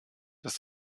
das